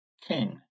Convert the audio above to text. king